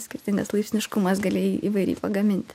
skirtingas laipsniškumas galėjai įvairiai pagaminti